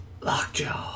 Lockjaw